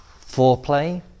foreplay